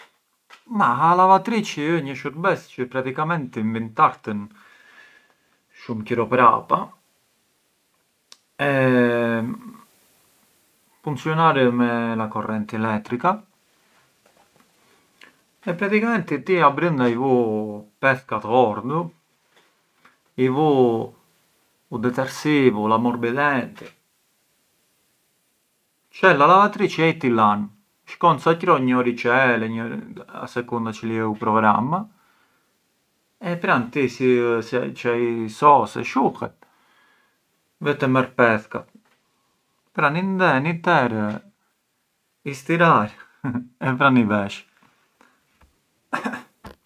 Ma a lavatrici ë praticamenti një shurbes çë nvintartën shumë qëro prapa, e funcjonar me a correnti elettrica e praticamenti ti abrënda i vu pethkat llordu, i vu u detersivu l’ammorbidenti, çel a lavatrici e ai ti lanë, shkon ca qëro, një oriçele, a secunda çili ë u programma e pran ti si e sos e shuhet vete merr pethkat, pran i nden, i ter, i stirar e pran i vesh.